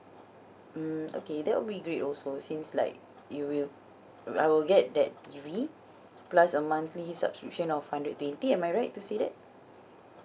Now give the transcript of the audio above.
mm okay that will be great also since like it will I will get that T_V plus a monthly subscription of hundred twenty am I right to say that